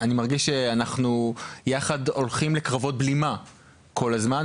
אני מרגיש שאנחנו יחד הולכים לקרבות בלימה כל הזמן,